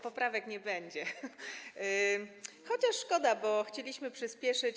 Poprawek nie będzie, chociaż szkoda, bo chcieliśmy to przyspieszyć.